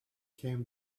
came